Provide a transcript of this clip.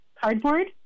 cardboard